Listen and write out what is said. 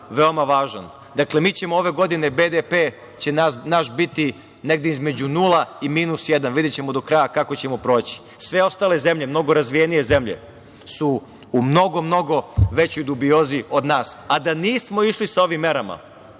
veoma važan, dakle, mi ćemo ove godine će naš BDP biti negde između nula i minus jedan, videćemo do kraja kako ćemo proći. Sve ostale zemlje, mnogo razvijenije zemlje, su u mnogo, mnogo većoj dubiozi od nas, a da nismo išli sa ovim merama,